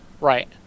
Right